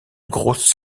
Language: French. grosse